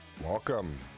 Welcome